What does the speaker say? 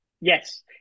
Yes